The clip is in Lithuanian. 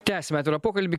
tęsiame pokalbį